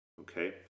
Okay